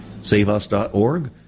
saveus.org